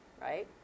right